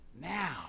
now